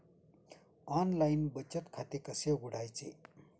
Online बचत खाते कसे उघडायचे?